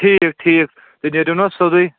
ٹھیٖک ٹھیٖک تُہۍ نیٖرِو نا سیوٚدُے